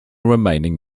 remaining